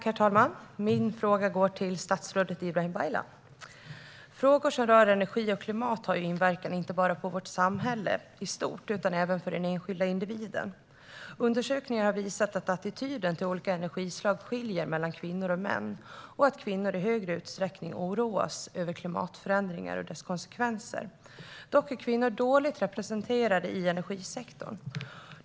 Herr talman! Min fråga går till statsrådet Ibrahim Baylan. Frågor som rör energi och klimat har inverkan, inte bara på vårt samhälle i stort utan även på den enskilda individen. Undersökningar har visat att attityden till olika energislag skiljer sig mellan kvinnor och män. Kvinnor oroas i större utsträckning över klimatförändringen och dess konsekvenser. Dock är kvinnor dåligt representerade i energisektorn.